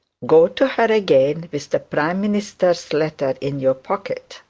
go to her again with the prime minister's letter in your pocket.